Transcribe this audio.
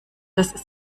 dass